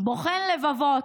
בוחן לבבות,